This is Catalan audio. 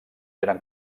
eren